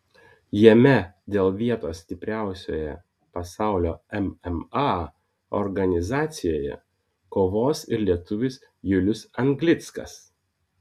jame dėl vietos stipriausioje pasaulio mma organizacijoje kovos ir lietuvis julius anglickas